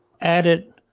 added